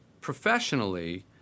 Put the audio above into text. Professionally